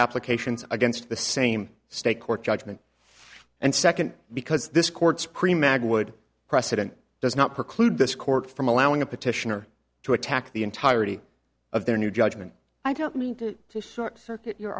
applications against the same state court judgment and second because this court screen mag would precedent does not preclude this court from allowing a petitioner to attack the entirety of their new judgment i don't mean to short circuit your